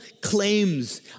claims